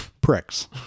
pricks